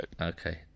okay